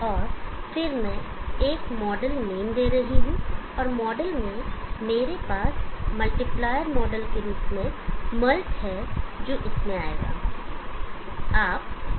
और फिर मैं एक मॉडल नाम दे रहा हूं और मॉडल में मेरे पास मल्टीप्लायर मॉडल के रूप में मल्ट है जो इसमें आएगा